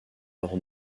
leur